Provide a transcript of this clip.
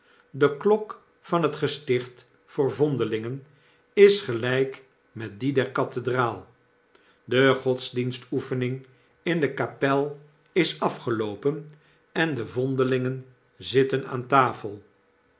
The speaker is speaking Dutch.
de klok van het gesticht voor vondelingen is gelyk met die der cathedraal de godsdienstoefening in de kapel is afgeloopen en de vondelingen zitten aan tafel